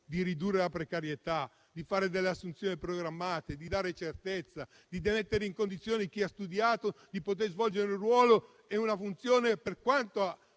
di ridurre la precarietà, di prevedere delle assunzioni programmate, di dare certezza, di mettere in condizioni chi ha studiato di svolgere un ruolo e una funzione per quello che